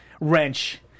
wrench